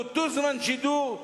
באותו זמן שידור,